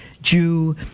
Jew-